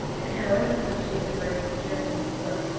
and however much you admire the german's pluck,